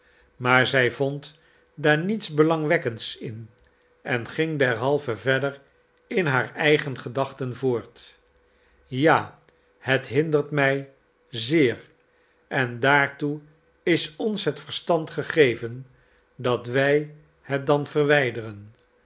maar zij vond daar niets belangwekkends in en ging derhalve verder in haar eigen gedachten voort ja het hindert mij zeer en daartoe is ons het verstand gegeven dat wij het dan verwijderen